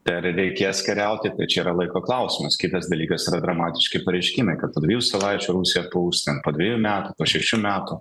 tai ar reikės kariauti tai čia yra laiko klausimas kitas dalykas yra dramatiški pareiškimai kad po dviejų savaičių rusija puls ten po dvejų metų po šešių metų